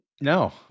No